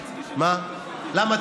מה, למה?